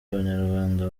abanyarwanda